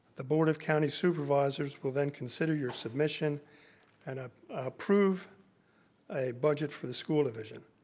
the board of county supervisors will then consider your submission and ah approve a budget for the school division.